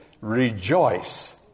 rejoice